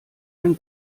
ein